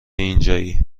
اینجایی